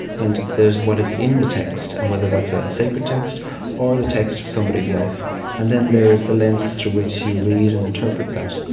and there is what is in the text and whether that's a sacred text or the text of somebody's life and then there is the lenses through which you read and interpret that.